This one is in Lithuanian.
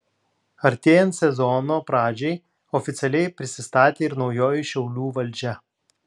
artėjant sezono pradžiai oficialiai prisistatė ir naujoji šiaulių valdžia